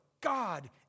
God